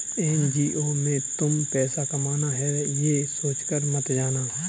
NGO में तुम पैसा कमाना है, ये सोचकर मत जाना